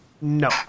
No